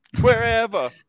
wherever